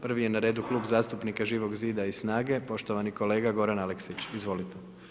Prvi je na redu Klub zastupnika Živog zida i SNAGA-e, poštovani kolega Goran Aleksić, izvolite.